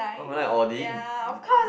oh I like Audi